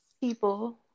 people